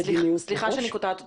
סליחה שאני קוטעת אותך.